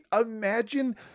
imagine